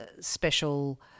special